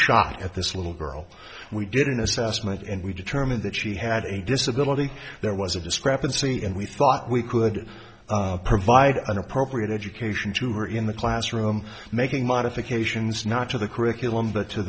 shot at this little girl and we didn't assessment and we determined that she had a disability there was a discrepancy and we thought we could provide an appropriate education to her in the classroom making modifications not to the curriculum but to